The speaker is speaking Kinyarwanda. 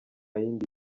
yindi